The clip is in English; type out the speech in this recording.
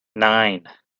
nine